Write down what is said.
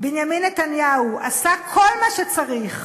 בנימין נתניהו, עשה כל מה שצריך